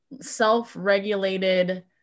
self-regulated